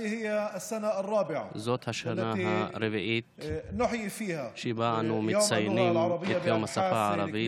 זאת השנה הרביעית שבה אנו מציינים את יום השפה הערבית